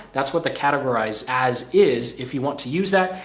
that's what the categorize as is if you want to use that,